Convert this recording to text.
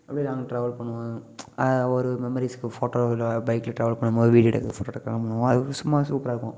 அப்படியே long travel பண்ணுவோம் அத ஒரு மெமரிஸுக்கு ஃபோட்டோவில் பைக்கில் ட்ராவல் பண்ணுபோது வீடியோ எடுக்கிறது ஃபோட்டோ எடுக்கிறதுலாம் பண்ணுவோம் அது சும்மா சூப்பராக இருக்கும்